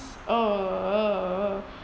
oh